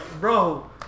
bro